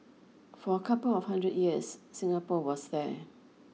for a couple of hundred years Singapore was there